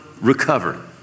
recover